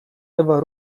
ewa